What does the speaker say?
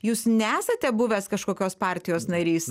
jūs nesate buvęs kažkokios partijos narys